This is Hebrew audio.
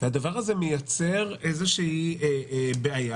והדבר הזה מייצר בעיה.